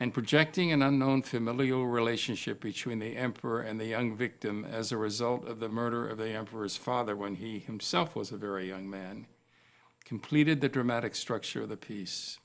and projecting an unknown familial relationship between the emperor and the young victim as a result of the murder of the emperor's father when he himself was a very young man completed the dramatic structure of the piece